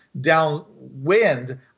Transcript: downwind